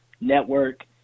network